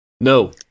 No